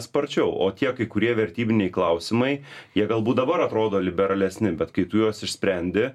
sparčiau o tie kai kurie vertybiniai klausimai jie galbūt dabar atrodo liberalesni bet kai tu juos išsprendi